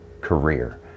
career